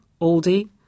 Aldi